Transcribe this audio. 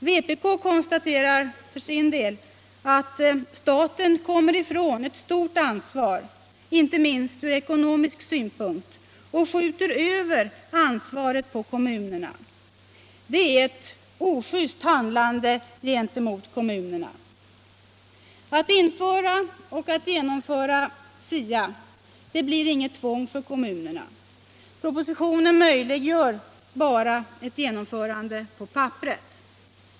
Vpk konstaterar för sin del att staten kommer ifrån ett stort ansvar, inte minst från ekonomisk synpunkt, och skjuter över ansvaret på kommunerna. Det är ett ojust handlande gentemot kommunerna. Att införa och genomföra SIA blir inget tvång för kommunerna. Propositionen möjliggör bara ett genomförande på papperet.